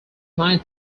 nine